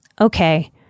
okay